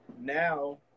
now